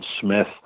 Smith